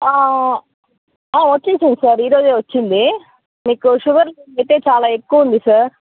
వచ్చేసింది సార్ ఈ రోజే వచ్చింది మీకు షుగర్ లెవెల్ చాలా ఎక్కువ ఉంది సార్